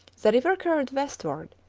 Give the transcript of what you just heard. the river curved westward,